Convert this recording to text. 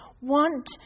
want